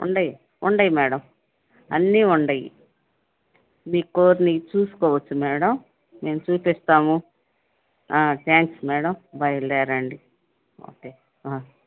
ఉన్నాయి ఉన్నాయి మేడం అన్నీ ఉన్నాయి మీ కోరినవి చూసుకోవచ్చు మేడం మేము చూపిస్తాము థాంక్స్ మేడం బయల్దేరండి ఓకే